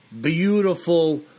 beautiful